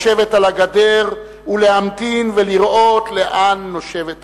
לשבת על הגדר, ולהמתין ולראות לאן נושבת הרוח.